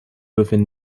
within